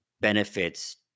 benefits